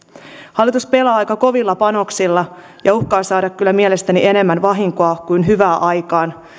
hallitus pelaa aika kovilla panoksilla ja uhkaa saada kyllä mielestäni enemmän vahinkoa kuin hyvää aikaan